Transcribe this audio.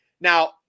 Now